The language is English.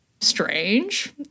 strange